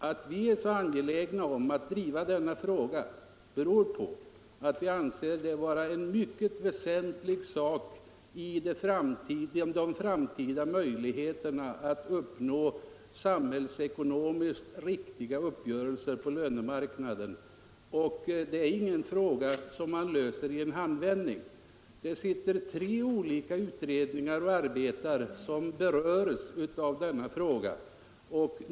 Att vi är så angelägna om att driva denna fråga beror på att vi anser den vara en mycket väsentlig sak när det gäller de framtida möjligheterna att uppnå samhällsekonomiskt riktiga uppgörelser på lönemarknaden. Det problemet löses inte i en handvändning. Tre olika sittande utredningar berörs av denna fråga.